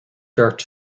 dirt